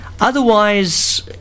Otherwise